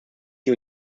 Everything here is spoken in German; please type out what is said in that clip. die